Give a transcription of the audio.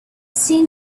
seemed